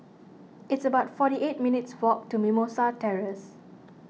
it's about forty eight minutes' walk to Mimosa Terrace